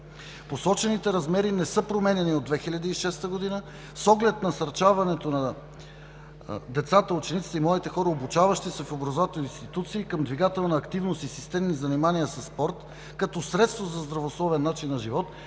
посочените размери не са променяни от 2006 г. С оглед насърчаването на децата, учениците и младите хора, обучаващи се в образователни институции към двигателна активност и системни занимания със спорт като средства за здравословен начин на живот,